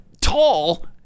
tall